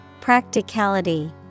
Practicality